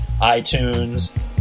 iTunes